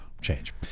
change